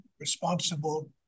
Responsible